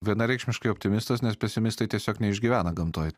vienareikšmiškai optimistas nes pesimistai tiesiog neišgyvena gamtoj